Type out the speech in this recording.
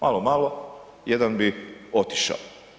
Malo, malo jedan bi otišao.